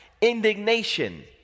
indignation